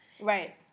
Right